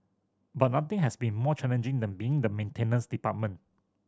but nothing has been more challenging than being in the maintenance department